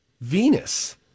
Venus